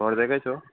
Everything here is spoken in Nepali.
भनिदिएकै छु